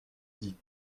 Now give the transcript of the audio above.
dit